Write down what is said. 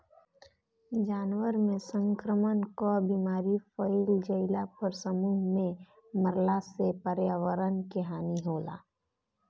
जानवरन में संक्रमण कअ बीमारी फइल जईला पर समूह में मरला से पर्यावरण के हानि होला